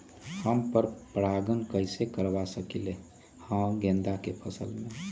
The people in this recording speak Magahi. हम पर पारगन कैसे करवा सकली ह गेंदा के फसल में?